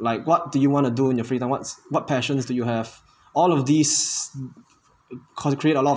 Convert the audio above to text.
like what do you want to do in your free time what's what passions do you have all of these cause create a lot of